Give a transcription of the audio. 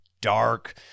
dark